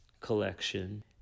collection